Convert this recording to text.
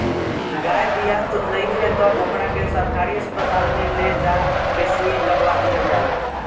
गाय बियात नइखे त ओकरा के सरकारी अस्पताल में ले जा के सुई लगवा दीहल जाला